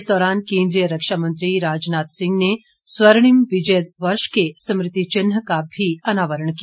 इस दौरान केन्द्रीय रक्षा मंत्री राजनाथ सिंह ने स्वर्णिम विजय वर्ष के स्मृति चिन्ह का भी अनावरण किया